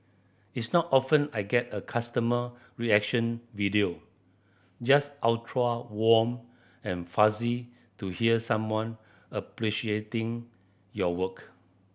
it's not often I get a customer reaction video just ultra warm and fuzzy to hear someone appreciating your work